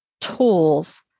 tools